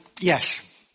Yes